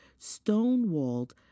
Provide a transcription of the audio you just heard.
stonewalled